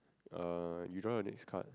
uh you draw the next card